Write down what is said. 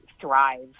thrive